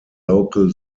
local